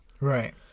Right